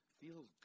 feels